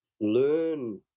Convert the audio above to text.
learn